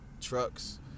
Trucks